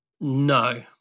No